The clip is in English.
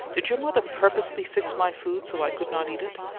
did your mother purposely fix my food so i could not eat it?